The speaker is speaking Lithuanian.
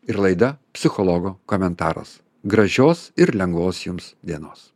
ir laida psichologo komentaras gražios ir lengvos jums dienos